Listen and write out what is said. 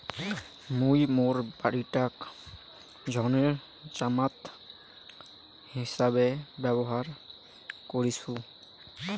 মুই মোর বাড়িটাক ঋণের জামানত হিছাবে ব্যবহার করিসু